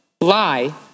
lie